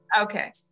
Okay